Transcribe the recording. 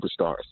superstars